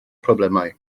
problemau